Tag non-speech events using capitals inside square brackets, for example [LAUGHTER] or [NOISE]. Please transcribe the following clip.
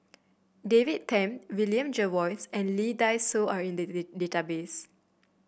David Tham William Jervois and Lee Dai Soh are in the [UNINTELLIGIBLE] database